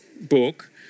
book